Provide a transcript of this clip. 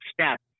step